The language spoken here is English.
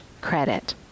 credit